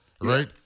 right